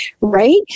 right